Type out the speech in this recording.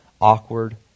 awkward